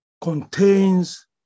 contains